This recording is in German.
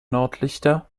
nordlichter